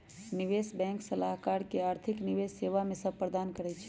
निवेश बैंक सलाहकार आर्थिक निवेश सेवा सभ प्रदान करइ छै